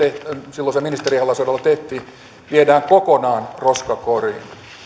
silloisen ministeri ihalaisen johdolla tehtiin viedään kokonaan roskakoriin